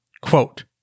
quote